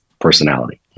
personality